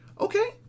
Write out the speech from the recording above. okay